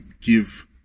give